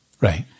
Right